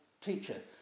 teacher